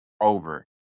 over